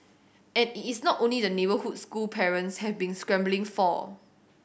and it is not only the neighbourhood school parents have been scrambling for